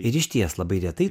ir išties labai retai